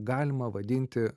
galima vadinti